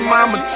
Mama